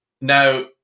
Now